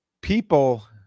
people